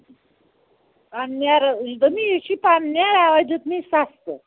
اَدٕ نیرٕ دوٚپمی یہِ چھُے پَن نیرا اَوے دیُتمےَ سَستہٕ